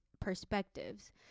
perspectives